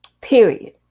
Period